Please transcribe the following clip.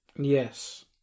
Yes